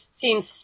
seems